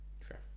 Fair